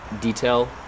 detail